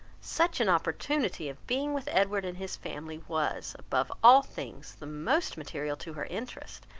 such an opportunity of being with edward and his family was, above all things, the most material to her interest,